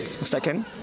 Second